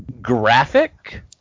graphic